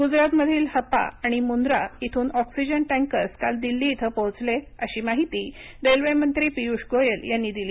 गुजरातमधील हपा आणि मुंद्रा इथून ऑक्सिजन टँकर्स काल दिल्ली इथं पोहोचले अशी माहिती रेल्वे मंत्री पियूष गोयल यांनी दिली